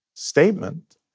Statement